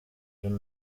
john